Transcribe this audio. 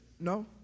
No